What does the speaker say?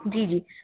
जी जी